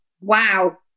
Wow